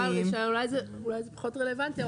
אולי זה פחות רלוונטי,